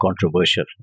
controversial